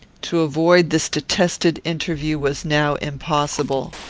to avoid this detested interview was now impossible.